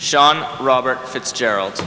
shawn robert fitzgerald